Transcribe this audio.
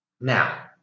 Now